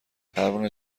پروانه